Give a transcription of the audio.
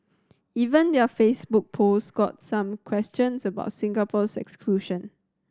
even their Facebook post got some questions about Singapore's exclusion